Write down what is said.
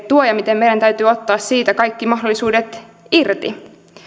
tuo ja miten meidän täytyy ottaa siitä kaikki mahdollisuudet irti